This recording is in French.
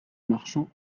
marchant